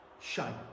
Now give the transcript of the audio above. shine